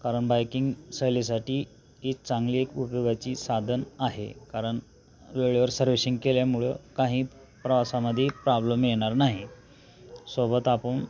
कारण बाईकिंग सहलीसाठी ही चांगली एक उपयोगाची साधन आहे कारण वेळेवर सर्विशिंग केल्यामुळं काही प्रवासामध्ये प्रॉब्लेम येणार नाही सोबत आपण